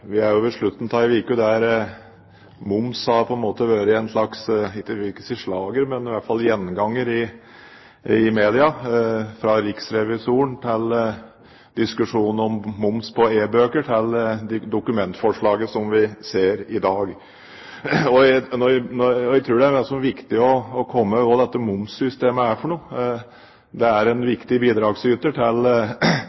Vi er ved slutten av en uke der moms på en måte har vært – jeg vil ikke si slager, men i hvert fall en gjenganger i media, fra riksrevisoren til diskusjonen om moms på e-bøker og til dokumentforslaget som vi ser i dag. Jeg tror det er viktig å huske på hva dette momssystemet er. Det er en viktig bidragsyter til alle de gode formål som skal finansieres over statsbudsjettet, og det er